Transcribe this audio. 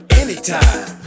anytime